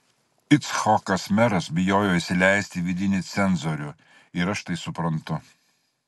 icchokas meras bijojo įsileisti vidinį cenzorių ir aš tai suprantu